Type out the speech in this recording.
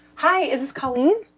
hi. is this colleen?